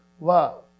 love